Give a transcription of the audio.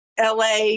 la